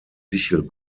sichel